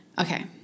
okay